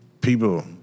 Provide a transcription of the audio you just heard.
People